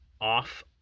off